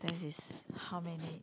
that is how many